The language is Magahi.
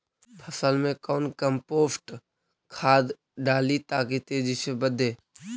फसल मे कौन कम्पोस्ट खाद डाली ताकि तेजी से बदे?